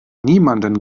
niemanden